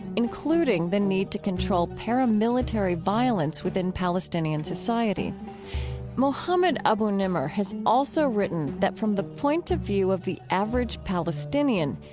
including the need to control paramilitary violence within palestinian society mohammed abu-nimer has also written that from the point of view of the average palestinian,